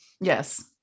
yes